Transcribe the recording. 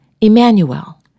Emmanuel